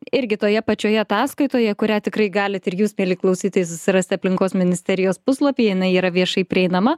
irgi toje pačioje ataskaitoje kurią tikrai galit ir jūs mieli klausytojai susirasti aplinkos ministerijos puslapyje yra viešai prieinama